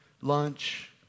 lunch